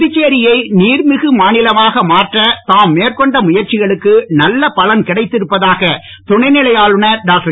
புதுச்சேரியை நீர்மிகு மாநிலமாக மாற்ற தாம் மேற்கொண்ட முயற்சிகளுக்கு நல்ல பலன் இடைத்திருப்பதாக துணைநிலை ஆளுநர் டாக்டர்